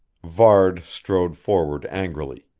varde strode forward angrily.